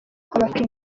abakinyi